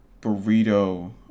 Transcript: burrito